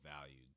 valued